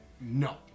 No